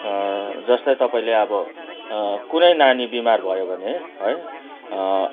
जस्तै तपाईँले अब कुनै नानी बिमार भयो भने है